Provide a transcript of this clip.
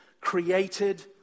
created